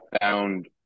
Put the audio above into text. found